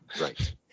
Right